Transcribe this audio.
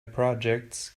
projects